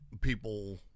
people